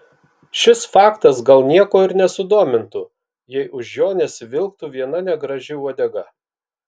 šis faktas gal nieko ir nesudomintų jei už jo nesivilktų viena negraži uodega